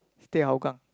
stay Hougang